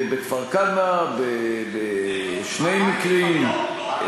בכפר-כנא בשני מקרים,